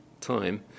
time